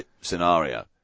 scenario